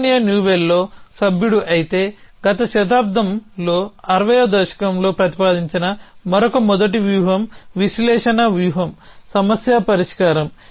Simon A న్యూవెల్లో సభ్యుడు అయితే గత శతాబ్దంలో 60వ దశకంలో ప్రతిపాదించిన మరొక మొదటి వ్యూహం విశ్లేషణ వ్యూహం సమస్య పరిష్కారం